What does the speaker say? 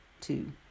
two